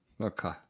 Okay